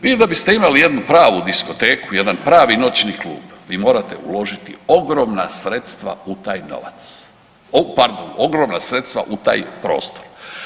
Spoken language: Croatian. Vi da biste imali jednu pravu diskoteku, jedan pravi noćni klub vi morate uložiti ogromna sredstva u taj novac, pardon ogromna sredstva u taj prostor.